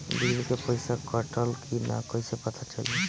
Bill के पइसा कटल कि न कइसे पता चलि?